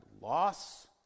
loss